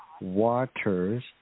waters